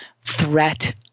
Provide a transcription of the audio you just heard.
threat